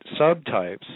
subtypes